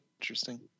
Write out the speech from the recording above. interesting